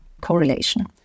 correlation